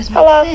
Hello